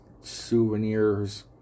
souvenirs